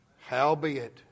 Howbeit